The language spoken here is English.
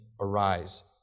arise